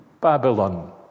Babylon